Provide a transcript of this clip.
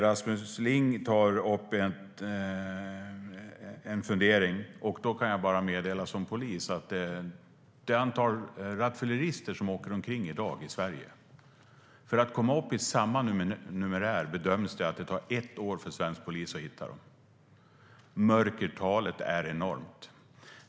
Rasmus Ling tar upp en fundering, och jag kan som polis bara meddela att när det gäller det antal rattfyllerister som i dag åker omkring i Sverige bedöms det ta ett år för svensk polis att hitta dem om man ska komma upp i samma numerär. Mörkertalet är enormt.